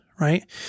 right